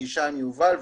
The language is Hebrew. פגישה עם יובל,